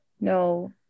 no